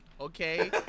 okay